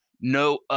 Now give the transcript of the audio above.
no